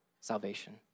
salvation